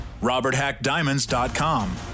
RobertHackDiamonds.com